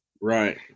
Right